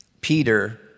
Peter